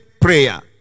prayer